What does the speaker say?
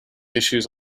issues